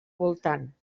voltant